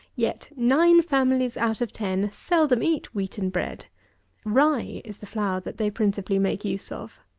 yet nine families out of ten seldom eat wheaten-bread. rye is the flour that they principally make use of.